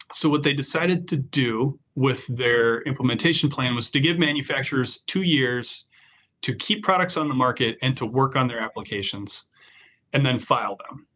so what they decided to do with their implementation plan was to give manufacturers two years to keep products on the market and to work on their applications and then file them.